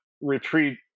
retreat